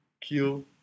kill